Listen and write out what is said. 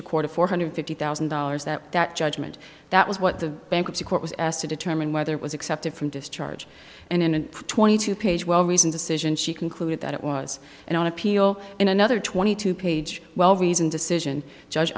of four hundred fifty thousand dollars that that judgment that was what the bankruptcy court was asked to determine whether it was accepted from discharge and in a twenty two page well reasoned decision she concluded that it was and on appeal in another twenty two page well reasoned decision judge